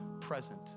present